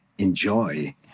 enjoy